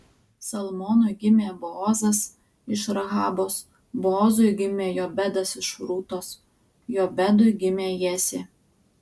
salmonui gimė boozas iš rahabos boozui gimė jobedas iš rūtos jobedui gimė jesė